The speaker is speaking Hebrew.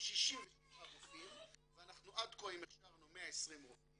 67 גופים ואנחנו עד כה הכשרנו 120 רופאים